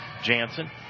Jansen